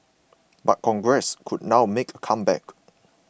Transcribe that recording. but Congress could now make a comeback